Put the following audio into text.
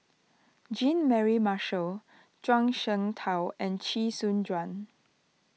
Jean Mary Marshall Zhuang Shengtao and Chee Soon Juan